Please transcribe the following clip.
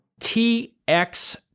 TX